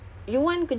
if you